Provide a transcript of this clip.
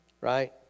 right